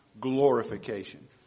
glorification